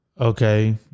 Okay